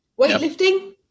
Weightlifting